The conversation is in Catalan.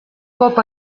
cop